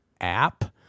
app